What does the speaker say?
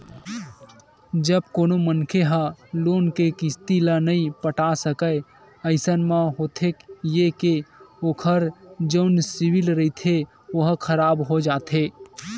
जब कोनो मनखे ह लोन के किस्ती ल नइ पटा सकय अइसन म होथे ये के ओखर जउन सिविल रिहिथे ओहा खराब हो जाथे